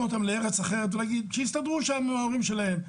אותם לארץ אחרת ולהגיד להם שיסתדרו שם עם ההורים שלהם.